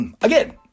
again